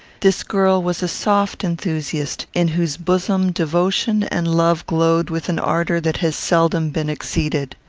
this girl was a soft enthusiast, in whose bosom devotion and love glowed with an ardour that has seldom been exceeded.